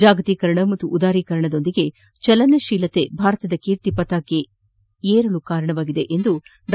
ಜಾಗತೀಕರಣ ಮತ್ತು ಉದಾರೀಕರಣದ ಜೊತೆಗೆ ಚಲನಶೀಲತೆ ಭಾರತದ ಕೀರ್ತಿ ಪತಾಕೆ ಏರಿಕೆಗೆ ಕಾರಣವಾಗಿದೆ ಎಂದು ಡಾ